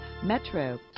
Metro